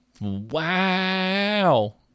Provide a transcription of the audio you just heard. Wow